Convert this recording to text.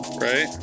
right